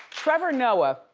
trevor noah,